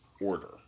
order